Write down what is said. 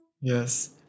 Yes